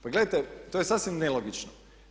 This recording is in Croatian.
Pa gledajte to je sasvim nelogično.